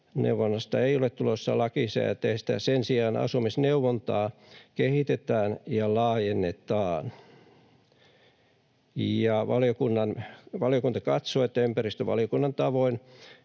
asumisneuvonnasta ei ole tulossa lakisääteistä. Sen sijaan asumisneuvontaa kehitetään ja laajennetaan. Valiokunta katsoo ympäristövaliokunnan tavoin,